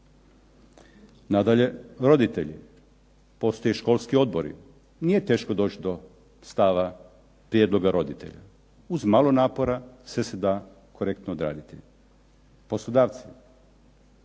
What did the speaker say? Nadalje roditelji. Postoje školski odbori. Nije teško doći do stava prijedloga roditelja. Uz malo napora sve se da korektno odraditi. Poslodavci